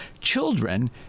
Children